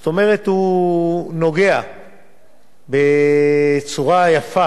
זאת אומרת, הוא נוגע בצורה יפה